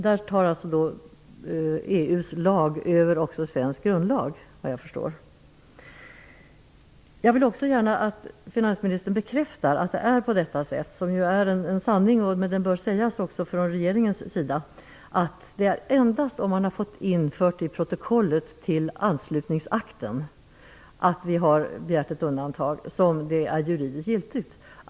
Där står EU:s lag över även svensk grundlag, såvitt jag förstår. Jag vill gärna att finansministern bekräftar att det är på detta sätt. Det är en sanning som också bör sägas av regeringen. Det är endast om man har fått infört i protokollet till anslutningsakten att vi har begärt ett undantag som det är juridiskt giltigt.